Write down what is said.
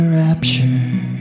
rapture